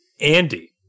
Andy